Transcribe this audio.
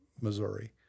Missouri